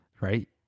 right